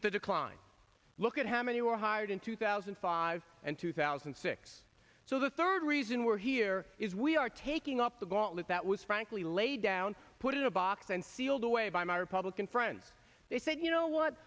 at the decline look at how many were hired in two thousand and five and two thousand and six so the third reason we're here is we are taking up the gauntlet that was frankly laid down put in a box and sealed away by my republican friends they said you know what